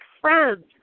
friends